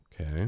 Okay